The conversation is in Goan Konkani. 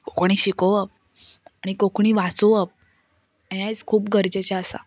कोंकणी शिकोवप आनी कोंकणी वाचोवप हेंच खूब गरजेचें आसा